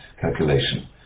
calculation